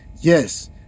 Yes